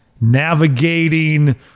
navigating